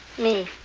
me.